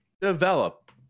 develop